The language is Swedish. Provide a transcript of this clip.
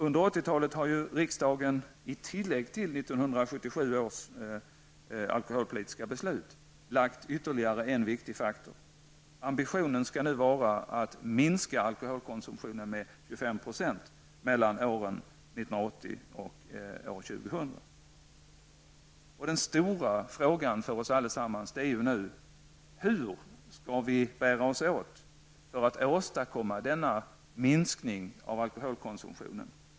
Under 80-talet har riksdagen i tillägg till 1977 års alkoholpolitiska beslut lagt ytterligare en viktig faktor. Ambitionen skall nu vara att minska alkoholkonsumtionen med 25 % mellan åren 1980 och 2000. Den stora frågan för oss alla är ju nu hur vi skall bära oss åt för att åstadkomma denna minskning av alkoholkonsumtionen.